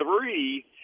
three